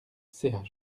sept